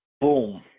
Boom